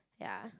ya